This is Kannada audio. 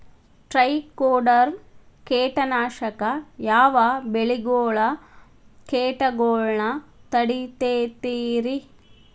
ಟ್ರೈಕೊಡರ್ಮ ಕೇಟನಾಶಕ ಯಾವ ಬೆಳಿಗೊಳ ಕೇಟಗೊಳ್ನ ತಡಿತೇತಿರಿ?